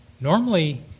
normally